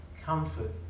comfort